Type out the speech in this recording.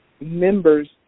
members